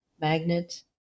magnet